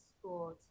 school